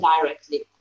directly